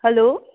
hello